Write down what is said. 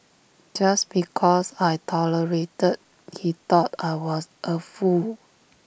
just because I tolerated he thought I was A fool